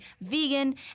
vegan